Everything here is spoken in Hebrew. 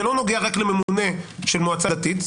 זה לא נוגע רק לממונה של מועצה דתית,